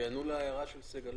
שיענו להערה של סגלוביץ'.